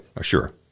sure